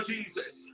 Jesus